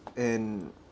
and